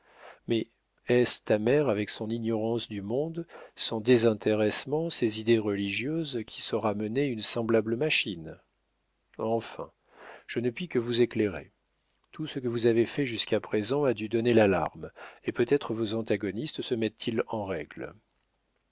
mais est-ce ta mère avec son ignorance du monde son désintéressement ses idées religieuses qui saura mener une semblable machine enfin je ne puis que vous éclairer tout ce que vous avez fait jusqu'à présent a dû donner l'alarme et peut-être vos antagonistes se mettent ils en règle